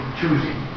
choosing